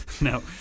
No